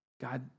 God